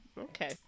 Okay